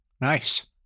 Nice